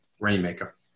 rainmaker